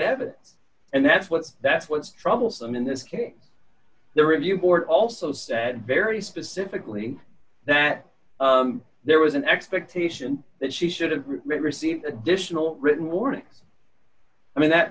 evidence and that's what that's what's troublesome in this case the review board also said very specifically that there was an expectation that she should have received additional written warning i mean that